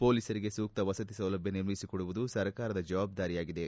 ಪೊಲೀಸರಿಗೆ ಸೂಕ್ತ ವಸತಿ ಸೌಲಭ್ಣ ನಿರ್ಮಿಸಿಕೊಡುವುದು ಸರ್ಕಾರದ ಜವಾಬ್ದಾರಿಯಾಗಿದೆ